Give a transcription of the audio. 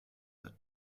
that